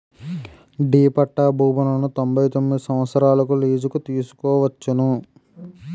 D పట్టా భూములను తొంభై తొమ్మిది సంవత్సరాలకు లీజుకు తీసుకోవచ్చును